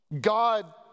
God